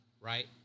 right